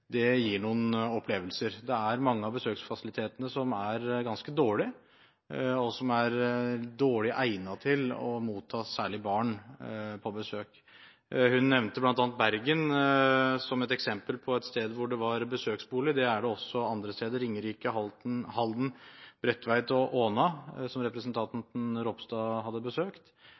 gir noen opplevelser. Mange av besøksfasilitetene er ganske dårlige og er dårlig egnet til å motta særlig barn på besøk. Representanten nevnte bl.a. Bergen som et eksempel på et sted med besøksbolig. Det er det også andre steder. Ringerike, Halden, Bredtveit og Åna, som representanten Ropstad hadde besøkt,